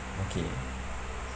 okay